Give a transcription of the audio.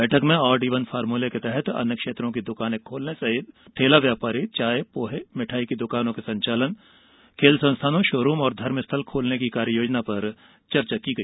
बैठक में odd even फार्मूले के तहत अन्य क्षेत्रों की द्वकान खोलने ठेला व्यापारी चाय पोहे मिठाई की दुकानों के संचालन खेल संस्थानों षोरुम और धर्मस्थल खोलने की कार्ययोजना पर चर्चा की गई